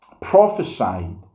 prophesied